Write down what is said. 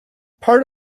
part